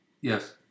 Yes